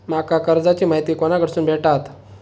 माका कर्जाची माहिती कोणाकडसून भेटात?